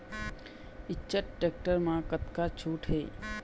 Eicher tractor म कतका छूट हे?